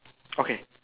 okay